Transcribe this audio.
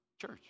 church